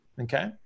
Okay